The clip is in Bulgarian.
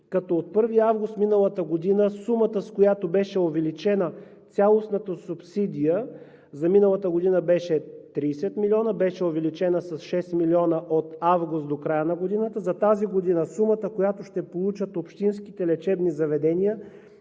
като от 1 август миналата година сумата, с която беше увеличена цялостната субсидия, за миналата година беше 30 милиона – с 6 милиона от август до края на годината. За тази година сумата, която ще получат общинските лечебни заведения,